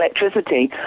electricity